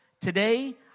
Today